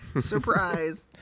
Surprise